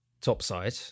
topside